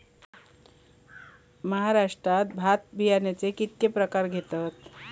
महाराष्ट्रात भात बियाण्याचे कीतके प्रकार घेतत?